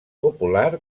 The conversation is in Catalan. popular